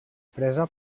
presa